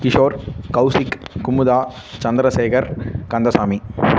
Kishore Kaushik Kumudha Chandra Sekar Kandasamy